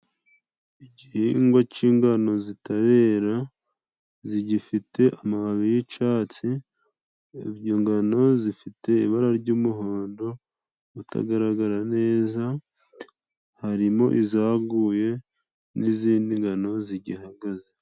Igihingwa c'ingano zitarera, zigifite amababi y'icatsi. Izo ngano zifite ibara ry'umuhondo utagaragara neza, harimo izaguye n'izindi ngano zigihagaze.